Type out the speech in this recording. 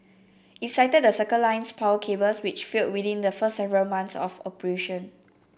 it cited the Circle Line's power cables which failed within the first several months of operation